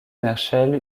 herschel